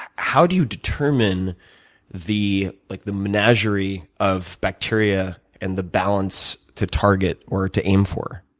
how do you determine the like the menagerie of bacteria and the balance to target or to aim for?